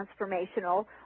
transformational